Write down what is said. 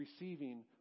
receiving